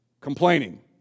Complaining